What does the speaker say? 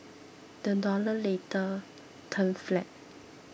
the dollar later turned flat